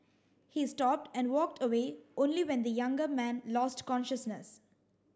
he stopped and walked away only when the younger man lost consciousness